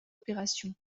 opération